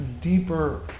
deeper